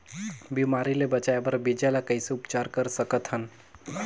बिमारी ले बचाय बर बीजा ल कइसे उपचार कर सकत हन?